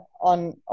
on